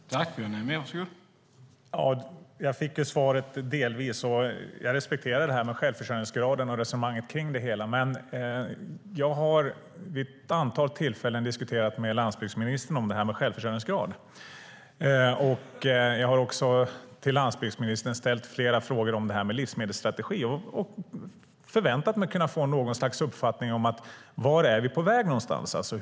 Herr talman! Jag fick svar delvis. Jag respekterar resonemanget kring självförsörjningsgraden. Men jag har vid ett antal tillfällen diskuterat med landsbygdsministern om detta med självförsörjningsgrad, och jag har också till landsbygdsministern ställt flera frågor om livsmedelsstrategi och förväntat mig att få något slags uppfattning om vart vi är på väg.